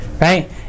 right